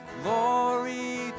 glory